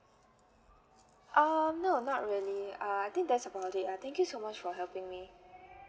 um no not really uh I think that's about it ah thank you so much for helping me